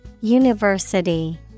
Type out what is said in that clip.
University